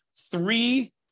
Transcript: three